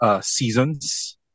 seasons